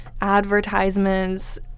advertisements